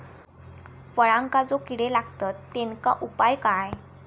फळांका जो किडे लागतत तेनका उपाय काय?